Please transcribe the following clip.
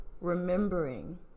remembering